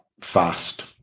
fast